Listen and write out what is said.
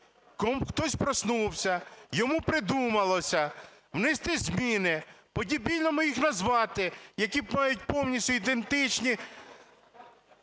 Хтось проснувся, йому придумалося внести зміни, по-дебільному їх назвати, які мають повністю ідентичні